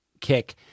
kick